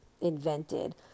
invented